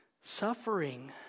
Suffering